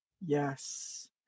Yes